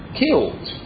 killed